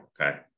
Okay